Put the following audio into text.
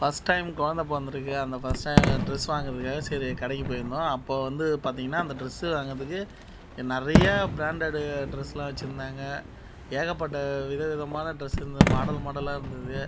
first time குழந்த பிறந்துருக்கு அந்த ஃபஸ்ட் டைம் ட்ரெஸ் வாங்குவதுக்காக சரி கடைக்கு போயிருந்தோம் அப்போது வந்து பார்த்தீங்கன்னா அந்த ட்ரெஸ் வாங்குறதுக்கு நிறையா ப்ராண்டடு ட்ரெஸெலாம் வச்சுருந்தாங்க ஏகப்பட்ட வித விதமான ட்ரெஸ் இருந்து மாடல் மாடலாக இருந்தது